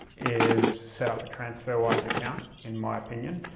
is set up a transferwise account, in my opinion.